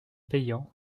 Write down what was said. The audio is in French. payant